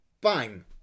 bang